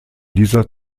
dieser